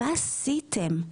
מה עשיתם?